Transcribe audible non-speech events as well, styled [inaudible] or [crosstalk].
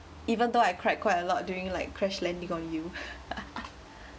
even though I cried quite a lot during like crash landing on you [laughs]